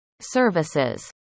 services